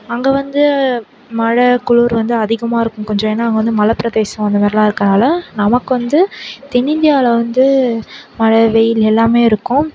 அங்கே வந்து மழை குளிர் வந்து அதிகமாக இருக்கும் கொஞ்சம் ஏன்னா அங்கே வந்து மலைப்பிரதேசம் அந்தமாதிரிலான் இருக்கதால நமக்கு வந்து தென்னிந்தியாவில வந்து மழை வெயில் எல்லாமே இருக்கும்